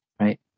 right